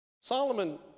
Solomon